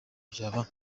byaba